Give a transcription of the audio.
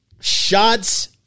Shots